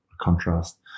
contrast